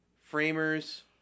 framers